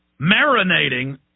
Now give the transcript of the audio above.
marinating